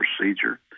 procedure